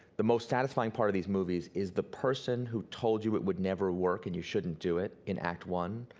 the most satisfying part of these movies is the person who told you it would never work and you shouldn't do it in act one,